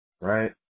right